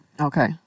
Okay